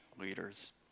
leaders